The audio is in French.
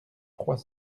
trois